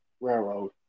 railroad